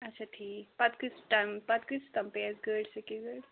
اَچھا ٹھیٖک پَتہٕ کۭتِس ٹایمَس پتہٕ کٍتِس تام پیٚیہِ اَسہِ گٲڑۍ سیٚکہِ گٲڑۍ